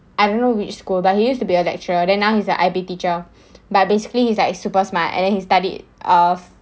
I don't know which school but he used to be a lecturer then now he's like I be teacher but basically he's like super smart and then he studied all of